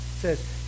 says